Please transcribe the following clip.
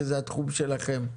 שזה התחום שלכם?